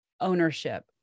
ownership